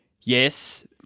yes